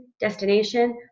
destination